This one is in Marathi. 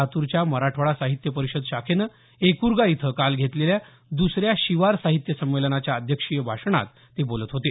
लातूरच्या मराठवाडा साहित्य परिषद शाखेनं एकरगा इथं काल घेतलेल्या द्सऱ्या शिवार साहित्य संमेलनाच्या अध्यक्षीय भाषणात ते बोलत होते